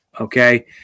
okay